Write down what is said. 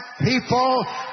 people